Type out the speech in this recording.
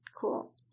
Cool